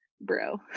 bro